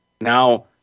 now